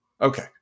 Okay